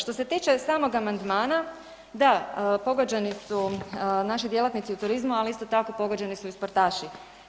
Što se tiče samog amandmana, da pogođeni su naši djelatnici u turizmu, ali isto tako pogođeni su i sportaši.